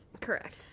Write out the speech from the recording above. correct